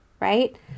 right